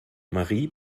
marie